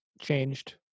changed